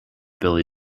billie